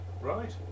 right